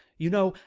you know,